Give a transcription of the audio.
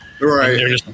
right